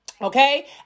Okay